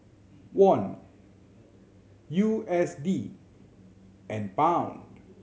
Won U S D and Pound